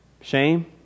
shame